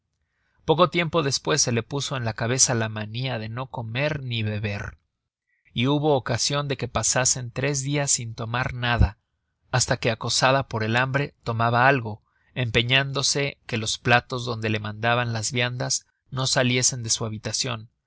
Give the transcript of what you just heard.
poco tiempo despues se le puso en la cabeza la mania de no comer ni beber y hubo ocasion de que pasasen tres dias sin tomar nada hasta que acosada por el hambre tomaba algo empeñándose que los platos donde le mandaban las viandas no saliesen de su habitacion